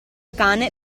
cane